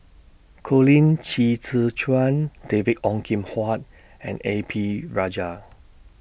Colin Qi Zhe Quan David Ong Kim Huat and A P Rajah